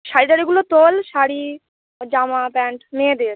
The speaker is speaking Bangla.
শাড়ি টাড়িগুলো তোল শাড়ি জামা প্যান্ট মেয়েদের